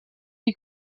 die